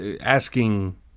asking